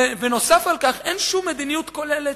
ונוסף על כך אין שום מדיניות כוללת